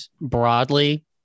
broadly